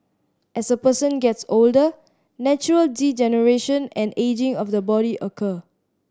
as a person gets older natural degeneration and ageing of the body occur